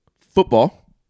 Football